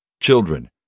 children